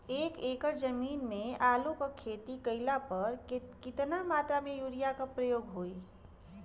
एक एकड़ जमीन में आलू क खेती कइला पर कितना मात्रा में यूरिया क प्रयोग होई?